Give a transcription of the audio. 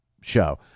show